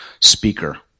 speaker